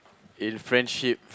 in friendship